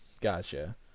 gotcha